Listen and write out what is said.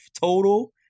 total